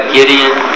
Gideon